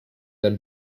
than